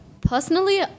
personally